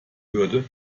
würde